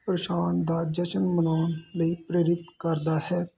ਰੋਸ਼ਾਨ ਤਾਂ ਜਸ਼ਨ ਮਨਾਉਣ ਲਈ ਪ੍ਰੇਰਿਤ ਕਰਦਾ ਹੈ